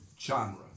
genre